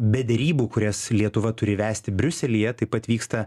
be derybų kurias lietuva turi vesti briuselyje taip pat vyksta